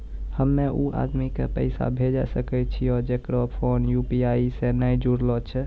हम्मय उ आदमी के पैसा भेजै सकय छियै जेकरो फोन यु.पी.आई से नैय जूरलो छै?